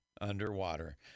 underwater